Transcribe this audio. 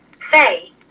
Say